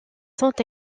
sont